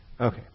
okay